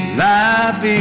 life